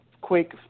quick